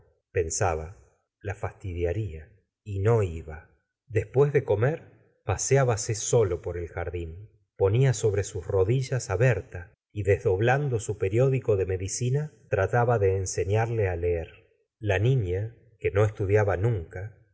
pensaba la fastidiaría y no iba después de comer paseábase solo por el jardín la señora de bovary ponía sobre sus rodillas á berta y desdoblando su periódico de medicina trataba de enseñarle á leer la nifia que no estudiaba nunca